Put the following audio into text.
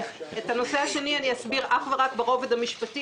את הנושא השני אסביר אך ורק ברובד המשפטי.